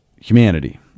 humanity